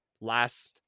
last